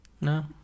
No